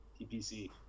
TPC